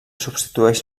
substitueix